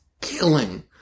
killing